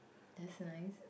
that's nice